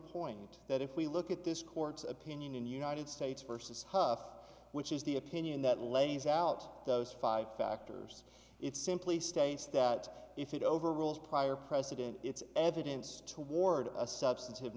point that if we look at this court's opinion in the united states versus huff which is the opinion that lays out those five factors it's simply states that if it overrules prior precedent it's evidence toward a substantive